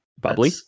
Bubbly